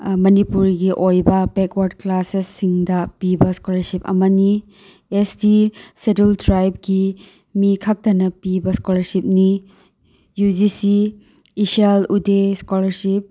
ꯃꯅꯤꯄꯨꯔꯒꯤ ꯑꯣꯏꯕ ꯕꯦꯛꯋꯥꯔꯠ ꯀ꯭ꯂꯥꯁꯦꯁꯁꯤꯡꯗ ꯄꯤꯕ ꯏꯁꯀꯣꯂꯥꯔꯁꯤꯞ ꯑꯃꯅꯤ ꯑꯦꯁ ꯇꯤ ꯁꯦꯗꯨꯜ ꯇ꯭ꯔꯥꯏꯞꯀꯤ ꯃꯤ ꯈꯛꯇꯅ ꯄꯤꯕ ꯏꯁꯀꯣꯂꯥꯔꯁꯤꯞꯅꯤ ꯌꯨ ꯖꯤ ꯁꯤ ꯏꯁꯥꯜ ꯎꯗꯦ ꯏꯁꯀꯣꯂꯥꯔꯁꯤꯞ